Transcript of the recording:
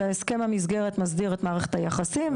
הסכם המסגרת מסדיר את מערכת היחסים,